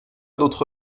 d’autre